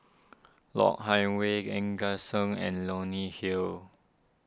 Lok Hang Way Gan Eng Seng and Leonie Hill